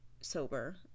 sober